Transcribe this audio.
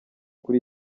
kuri